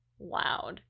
loud